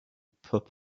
pop